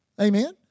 Amen